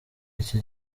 iki